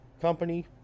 company